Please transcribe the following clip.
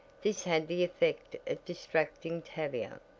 this had the effect of distracting tavia,